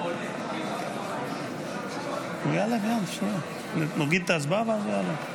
חברי הכנסת, להלן תוצאות ההצבעה: